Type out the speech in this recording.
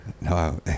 No